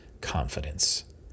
confidence